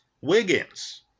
Wiggins